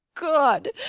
God